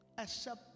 accept